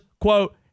quote